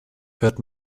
hört